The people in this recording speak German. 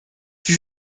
sie